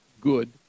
good